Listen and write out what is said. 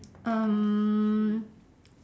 um